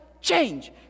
change